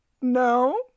No